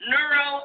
Neuro